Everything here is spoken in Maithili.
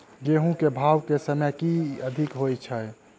गेंहूँ केँ भाउ केँ समय मे अधिक होइ छै?